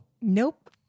Nope